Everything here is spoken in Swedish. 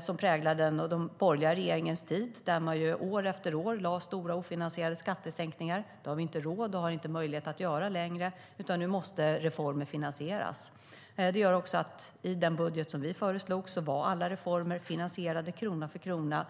som präglade den borgerliga regeringens tid. År efter år genomförde man ofinansierade skattesänkningar. Det har vi inte råd och möjlighet att göra längre, utan nu måste reformer finansieras. I den budget som vi föreslog var alla reformer finansierade krona för krona.